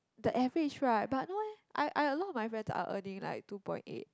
the average right but no eh I I a lot of my friends are earning like two point eight